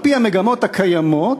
על-פי המגמות הקיימות,